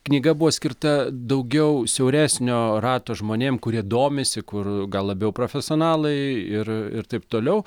knyga buvo skirta daugiau siauresnio rato žmonėm kurie domisi kur gal labiau profesionalai ir ir taip toliau